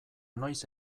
noiz